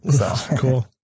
Cool